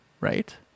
right